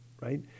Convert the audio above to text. right